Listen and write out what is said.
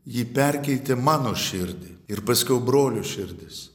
ji perkeitė mano širdį ir paskiau brolių širdis